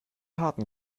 harten